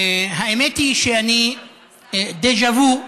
האמת היא שיש לי דז'ה וו.